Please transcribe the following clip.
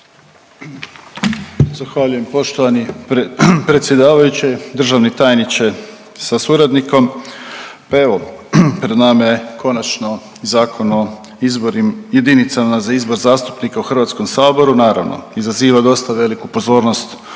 Zahvaljujem poštovani predsjedavajući, državni tajniče sa suradnikom. Pa evo, pred nama je konačno Zakon o jedinicama za izbor zastupnika u Hrvatskom saboru. Naravno izaziva dosta veliku pozornost u